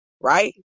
right